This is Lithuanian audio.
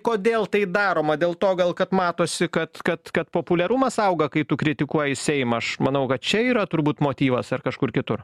kodėl tai daroma dėl to gal kad matosi kad kad kad populiarumas auga kai tu kritikuoji seimą aš manau kad čia yra turbūt motyvas ar kažkur kitur